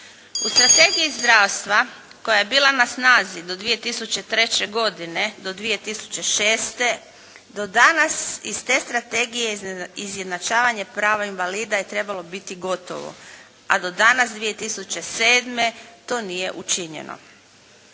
U strategiji zdravstva koja je bila na snazi do 2003. godine do 2006. do danas iz te strategije izjednačavanje prava invalida je trebalo biti gotovo, a do danas 2007. to nije učinjeno.